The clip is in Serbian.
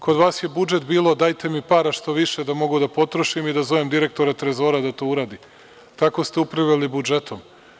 Kod vas je budžet bilo - dajte mi para što više da mogu da potrošim i da zovem direktora Trezora da to uradi, tako ste upravljali budžetom.